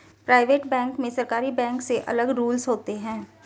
private bank में सरकारी bank से अलग रूल्स होते है